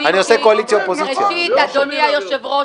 אדוני היושב-ראש,